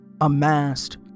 amassed